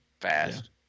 fast